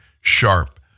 sharp